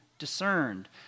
discerned